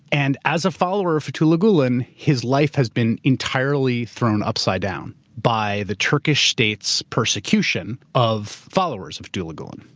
and as a follower of fethullah gulen, his life has been entirely thrown upside down by the turkish state's persecution of followers of fethullah gulen.